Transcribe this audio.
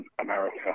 America